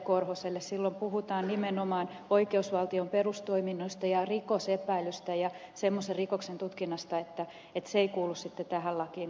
korhoselle silloin puhutaan nimenomaan oikeusvaltion perustoiminnoista ja rikosepäilystä ja semmoisen rikoksen tutkinnasta että se ei kuulu tähän lakiin ollenkaan